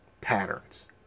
patterns